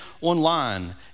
online